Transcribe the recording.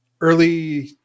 early